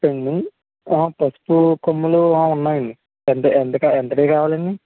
పసుపండి పసుపు కొమ్ములు ఉన్నాయండి ఎంత ఎంత ఎంతటియి కావాలండి